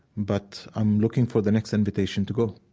but i'm looking for the next invitation to go.